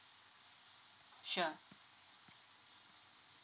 sure